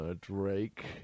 drake